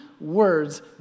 Words